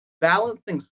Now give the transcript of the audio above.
Balancing